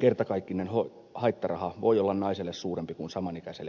kertakaikkinen haittaraha voi olla naiselle suurempi kuin saman ikäiselle miehelle